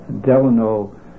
Delano